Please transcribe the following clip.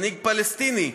מנהיג פלסטיני,